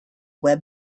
web